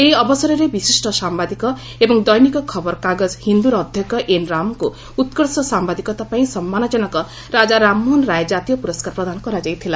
ଏହି ଅବସରରେ ବିଶିଷ୍ଟ ସାମ୍ଭାଦିକ ଏବଂ ଦୈନିକ ଖବର କାଗଳ ହିନ୍ଦୁର ଅଧ୍ୟକ୍ଷ ଏନ ରାମଙ୍କୁ ଉତ୍କର୍ଷ ସାୟାଦିକତା ପାଇଁ ସମ୍ମାନଜନକ ରାଜା ରାମାମୋହନ ରାୟ ଜାତୀୟ ପୁରସ୍କାର ପ୍ରଦାନ କରାଯାଇଥିଲା